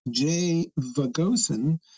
jvagosen